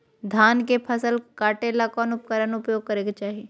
धान के फसल काटे ला कौन उपकरण उपयोग करे के चाही?